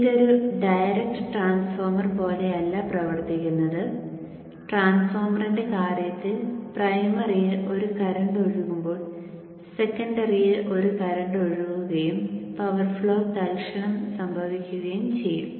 ഇത് ഒരു direct transformer പോലെയല്ല പ്രവർത്തിക്കുന്നത് ട്രാൻസ്ഫോർമറിന്റെ കാര്യത്തിൽ പ്രൈമറിയിൽ ഒരു കറന്റ് ഒഴുകുമ്പോൾ സെക്കൻഡറിയിൽ ഒരു കറന്റ് ഒഴുകുകയും പവർ ഫ്ലോ തൽക്ഷണം സംഭവിക്കുകയും ചെയ്യും